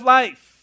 life